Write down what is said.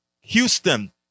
Houston